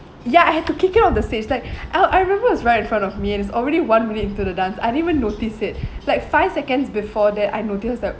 ya I had to kick it off the stage it's like I remember it's right in front of me and it's already one minute to the dance I didn't even notice it like five seconds before that I noticed that